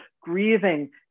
grieving